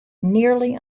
nearly